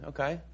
Okay